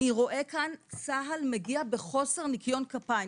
אני רואה כאן צה"ל מגיע בחוסר ניקיון כפיים.